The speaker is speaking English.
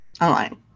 Online